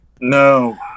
No